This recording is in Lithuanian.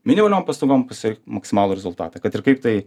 minimaliom pastangom pasiekt maksimalų rezultatą kad ir kaip tai